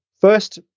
first